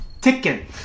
ticking